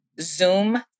Zoom